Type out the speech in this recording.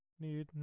Need